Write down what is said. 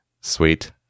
Sweet